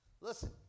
listen